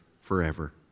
forever